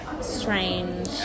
strange